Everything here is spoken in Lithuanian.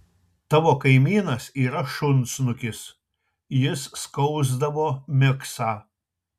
tavo kaimynas yra šunsnukis jis skausdavo miksą